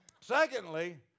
Secondly